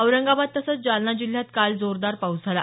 औरंगाबाद तसंच जालना जिल्ह्यात काल जोरदार पाऊस झाला